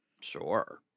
Sure